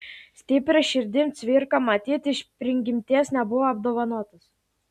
stipria širdim cvirka matyt iš prigimties nebuvo apdovanotas